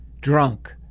drunk